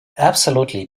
absolutely